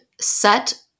set